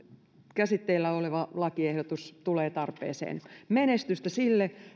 käsitteillä oleva lakiehdotus tulee tarpeeseen menestystä sille